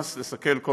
מקבילים,